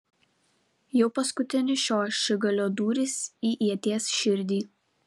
jau paskutinis šio ašigalio dūris į ieties širdį